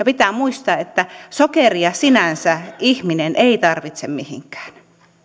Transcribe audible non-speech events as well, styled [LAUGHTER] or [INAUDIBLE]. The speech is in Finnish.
[UNINTELLIGIBLE] pitää muistaa että sokeria sinänsä ihminen ei tarvitse mihinkään